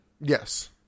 Yes